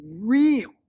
real